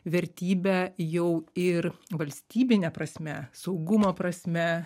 vertybe jau ir valstybine prasme saugumo prasme